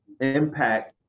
impact